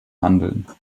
handeln